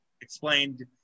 Explained